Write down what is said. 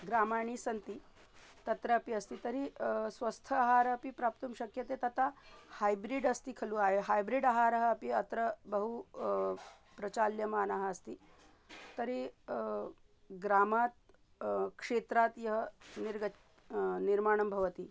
ग्रामाणि सन्ति तत्रापि अस्ति तर्हि स्वस्थाहारः अपि प्राप्तुं शक्यते तथा हैब्रिड् अस्ति खलु हैब्रिड् आहारः अपि अत्र बहु प्रचाल्यमानः अस्ति तर्हि ग्रामात् क्षेत्रात् यः निर्गच् निर्माणं भवति